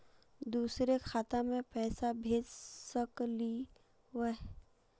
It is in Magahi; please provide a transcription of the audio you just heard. दुसरे खाता मैं पैसा भेज सकलीवह?